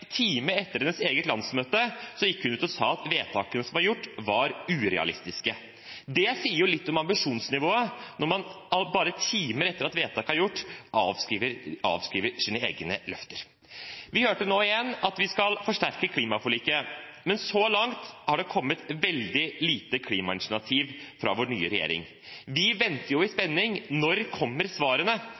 time etter hennes eget landsmøte gikk hun ut og sa at vedtakene som var gjort, var urealistiske. Det sier litt om ambisjonsnivået når man bare timer etter at vedtaket er gjort, avskriver sine egne løfter. Vi hørte nå igjen at vi skal forsterke klimaforliket, men så langt har det kommet veldig lite klimainitiativ fra vår nye regjering. Vi venter i spenning – når kommer svarene?